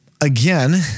again